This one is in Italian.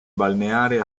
balneare